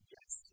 Yes